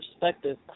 perspective